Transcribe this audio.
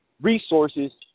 resources